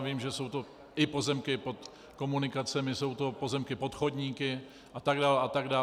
Vím, že jsou to i pozemky pod komunikacemi, jsou to pozemky pod chodníky a tak dál.